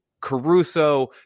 Caruso